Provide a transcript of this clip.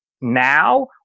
now